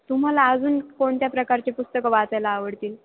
तुम्हाला अजून कोणत्या प्रकारची पुस्तकं वाचायला आवडतील